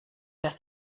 das